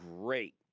great